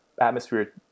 atmosphere